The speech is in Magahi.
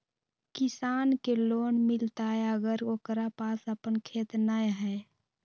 किसान के लोन मिलताय अगर ओकरा पास अपन खेत नय है?